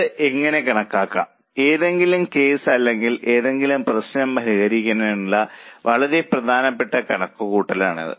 ഇത് എങ്ങനെ കണക്കാക്കാം ഏതെങ്കിലും കേസ് അല്ലെങ്കിൽ ഏതെങ്കിലും പ്രശ്നം പരിഹരിക്കുന്നതിനുള്ള വളരെ പ്രധാനപ്പെട്ട കണക്കുകൂട്ടലാണിത്